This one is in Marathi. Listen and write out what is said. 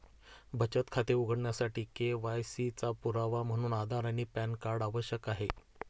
बचत खाते उघडण्यासाठी के.वाय.सी चा पुरावा म्हणून आधार आणि पॅन कार्ड आवश्यक आहे